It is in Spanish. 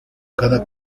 cada